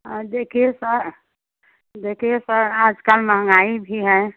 हाँ देखिए सर देखिए सर आज कल महंगाई भी है